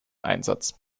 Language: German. einsatz